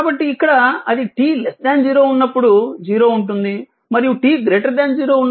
కాబట్టి ఇక్కడ అది t 0 ఉన్నప్పుడు 0 ఉంటుంది మరియు t 0 ఉన్నప్పుడు v VS 1 e t𝝉 ఉంటుంది